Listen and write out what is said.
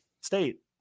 State